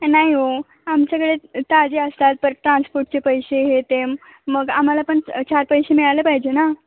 नाही हो आमच्याकडे ताजे असतात परत ट्रान्सपोर्टचे पैसे हे ते मग आम्हाला पण चार पैसे मिळाले पाहिजे ना